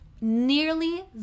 nearly